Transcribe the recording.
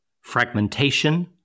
fragmentation